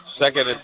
second